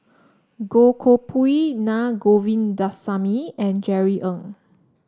Goh Koh Pui Naa Govindasamy and Jerry Ng